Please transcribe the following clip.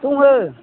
दङ